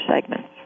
segments